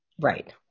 Right